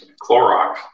Clorox